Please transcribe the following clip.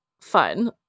fun